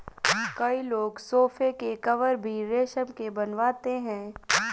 कई लोग सोफ़े के कवर भी रेशम के बनवाते हैं